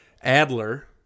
Adler